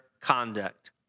conduct